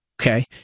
Okay